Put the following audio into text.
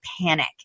panic